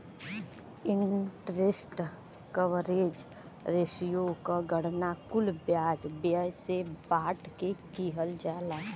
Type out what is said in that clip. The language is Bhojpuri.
इंटरेस्ट कवरेज रेश्यो क गणना कुल ब्याज व्यय से बांट के किहल जाला